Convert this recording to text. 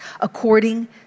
according